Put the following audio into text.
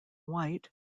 white